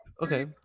Okay